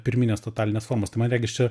pirminės totalinės formos tai man regis čia